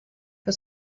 que